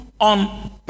on